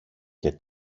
και